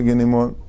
anymore